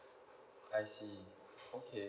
I see okay